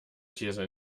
these